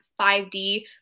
5D